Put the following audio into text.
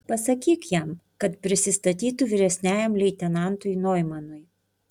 pasakyk jam kad prisistatytų vyresniajam leitenantui noimanui